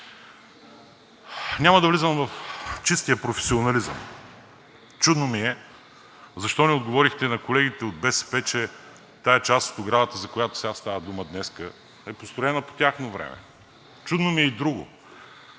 Няма да влизам в чистия професионализъм. Чудно ми е защо не отговорихте на колегите от БСП, че тази част от оградата, за която сега става дума, е построена по тяхно време. Чудно ми е и друго